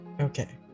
Okay